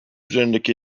üzerindeki